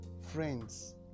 friends